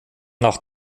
nach